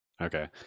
Okay